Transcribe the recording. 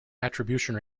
attribution